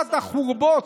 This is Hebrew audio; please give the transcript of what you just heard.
ומשרד החורבות.